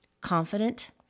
confident